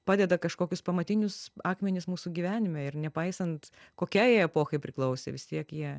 padeda kažkokius pamatinius akmenis mūsų gyvenime ir nepaisant kokiai jie epochai priklausė vis tiek jie